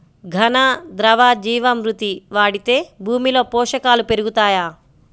ఘన, ద్రవ జీవా మృతి వాడితే భూమిలో పోషకాలు పెరుగుతాయా?